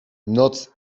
noc